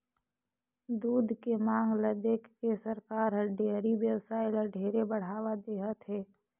दूद के मांग ल देखके सरकार हर डेयरी बेवसाय ल ढेरे बढ़ावा देहत हे